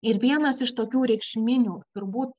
ir vienas iš tokių reikšminių turbūt